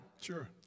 sure